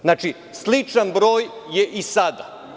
Znači, sličan broj je i sada.